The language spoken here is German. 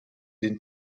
den